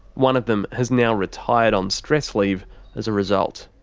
one of them has now retired on stress leave as a result.